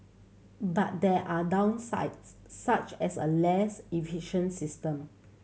but there are downsides such as a less efficient system